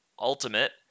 ultimate